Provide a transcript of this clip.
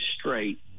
straight